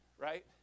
right